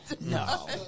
No